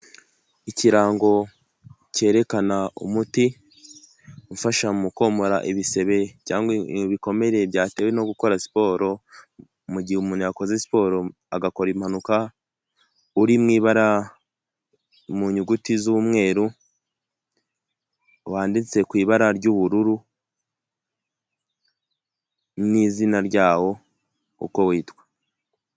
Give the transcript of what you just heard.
Ikirango cyerekana umuti ufasha mu komora ibisebe ibikomere byatewe no gukora siporo mu mugihe umuntu yakoze siporo agakora impanuka uri mura mu nyuguti z'umweru wanditse ku ibara ry'ubururu n'izina ryawo kuko witwa.